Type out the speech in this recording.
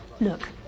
Look